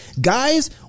guys